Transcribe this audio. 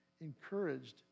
encouraged